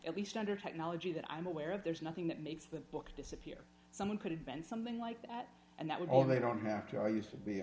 at least under technology that i'm aware of there's nothing that makes the book disappear someone could have been something like that and that was all they don't have to use to be